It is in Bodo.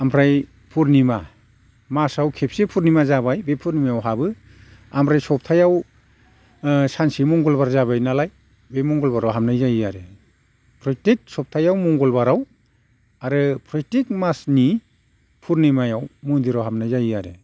आमफ्राय पुर्निमा मासाव खेबसे पुर्निमा जाबाय बे पुर्निमायाव हाबो आमफ्राय सबथायाव सानसे मंगलबार जाबाय नालाय बे मंगलबाराव हाबनाय जायो आरो फ्रयथेक सबथायाव मंगलबाराव आरो फ्रयथेक मासनि पुर्निमायाव मन्दिराव हाबनाय जायो आरो